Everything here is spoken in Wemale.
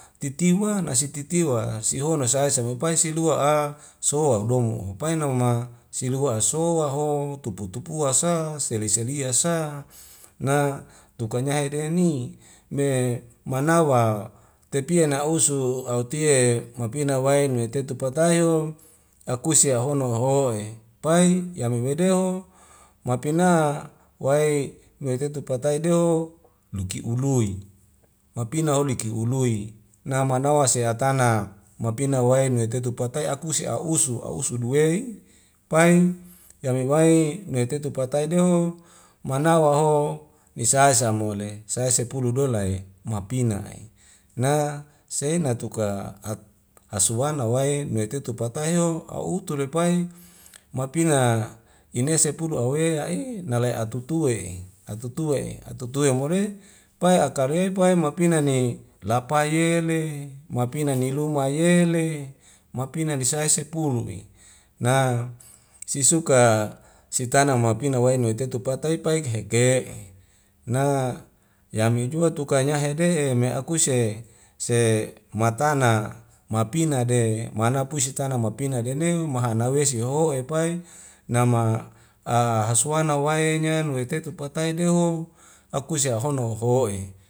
Tiu ti ma nasi titiwa sihono sae sae mai pai silua a soak domo mapainanama silua so waho tupu tupu wa sa seli selia sa na tukanya hedeni me manawa tepie na usu autie mapina wai nuwetetu patai o akuse ahono waho'e pai yami medeho mapina wai meteto patai deho miki ului mapina huli likiului namanawa se atana mapina wae nuwetetu patai akuse a'usu a'usu duwei pai yame wai nuwetetu patai deho manawa ho mesai sa mo le sae sepulu dola i mapina'e na sei natuka at asuana wai metetu patai o a'utu lepai mapina inese pulu awea ae nalae atutuwe'i atutuwe'e atutuwe more pai akare pai mapina ni lapai yele mapina ni luma yele mapina ne sai sepulu'i na sisuka sitana mapina nuwei tetu pataik pai he ke'e na yamijua tukanyahede'e me akuse se matana mapina de manapusi tana mapina nadeu mahanewesi' hoho epa nama a haswana waenya nuwe tetu patai deoho akuse ahono hoho'e